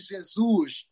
Jesus